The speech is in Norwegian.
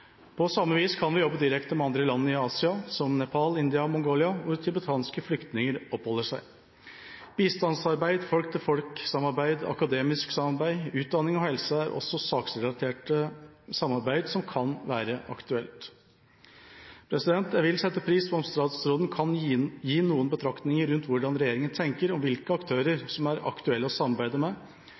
På samme vis kan vi jobbe direkte med andre land i Asia, som Nepal, India og Mongolia, hvor tibetanske flyktninger oppholder seg. Bistandsarbeid, folk-til-folk-samarbeid, akademisk samarbeid, utdanning og helse er også saksrelatert samarbeid som kan være aktuelt. Jeg vil sette pris på om statsråden kan gi noen betraktninger rundt hvordan regjeringa tenker om hvilke aktører som er aktuelle å samarbeide med,